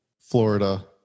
Florida